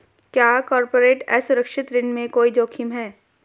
क्या कॉर्पोरेट असुरक्षित ऋण में कोई जोखिम है?